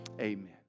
Amen